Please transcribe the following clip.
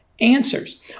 answers